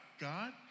God